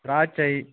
திராட்சை